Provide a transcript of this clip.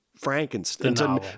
Frankenstein